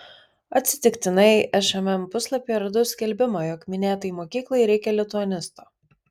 atsitiktinai šmm puslapyje radau skelbimą jog minėtai mokyklai reikia lituanisto